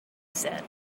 said